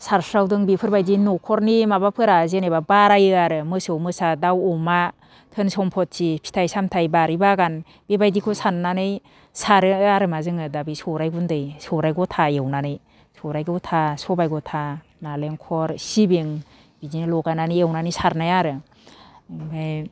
सारस्रावदों बेफोरबायदिनो न'खरनि माबाफोरा जेनोबा बारायो आरो मोसौ मोसा दाउ अमा धोन सम्फथि फिथाइ सामथाइ बारि बागान बेबायदिखौ साननानै सारो आरोमा जोङो दा सौराइ गुन्दै सौराइ गथा एवनानै सौराइ गथा सबाइ गथा नालेंखर सिबिं बिदिनो लगायनानै एवनानै सारनाय आरो ओमफाय